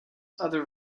other